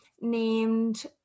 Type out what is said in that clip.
named